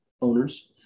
owners